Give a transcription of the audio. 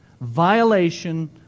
violation